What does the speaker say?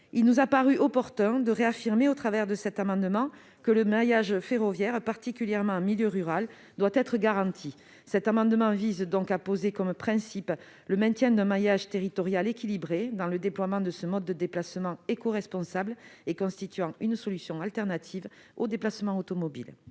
Il nous a paru opportun de réaffirmer que le maillage ferroviaire, particulièrement en milieu rural, devait être garanti. Cet amendement vise donc à poser comme principe le maintien d'un maillage territorial équilibré dans le déploiement de ce mode de déplacement qui est écoresponsable et qui constitue une solution de rechange aux déplacements automobiles.